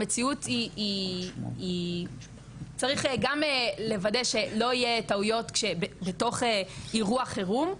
המציאות היא שצריך גם לוודא שלא יהיו טעויות בתוך אירוע חירום,